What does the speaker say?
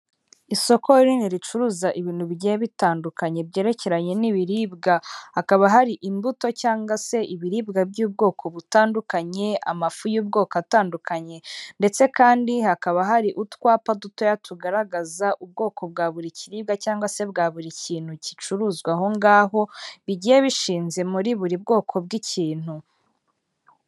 Isoko rinini ricuruza ibintu bigiye bitandukanye byerekeranye n'ibiribwa, hakaba hari imbuto cyangwa se ibiribwa by'ubwoko butandukanye, amafu y'ubwoko atandukanye, ndetse kandi hakaba hari utwapa dutoya tugaragaza ubwoko bwa buri kiribwa, cyangwa se bwa buri kintu gicuruzwa aho ngaho, bigiye bishinze muri buri bwoko bw'ikintu.